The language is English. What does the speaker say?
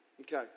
Okay